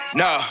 no